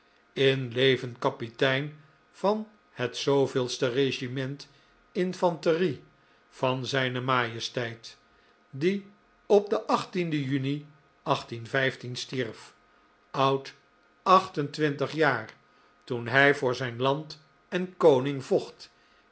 in leven kapitein van het de regiment infanterie van zijne majesteit die op den juni stierf oud acht en twintig jaar toen hij voor zijn land en koning vocht